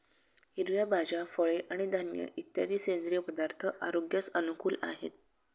हिरव्या भाज्या, फळे आणि धान्य इत्यादी सेंद्रिय पदार्थ आरोग्यास अनुकूल आहेत